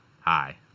hi